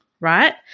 Right